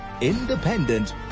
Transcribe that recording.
independent